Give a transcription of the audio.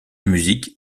musique